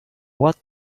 what